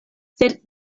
sed